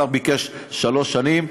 השר ביקש שלוש שנים,